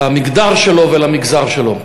למגדר שלו ולמגזר שלו.